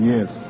Yes